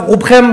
רובכם,